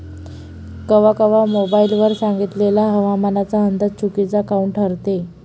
कवा कवा मोबाईल वर सांगितलेला हवामानाचा अंदाज चुकीचा काऊन ठरते?